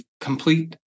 complete